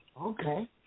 Okay